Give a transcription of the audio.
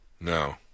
No